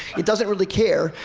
it doesn't really care.